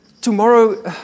Tomorrow